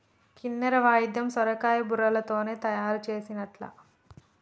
కిన్నెర వాయిద్యం సొరకాయ బుర్రలతోనే తయారు చేసిన్లట